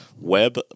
Web